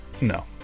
no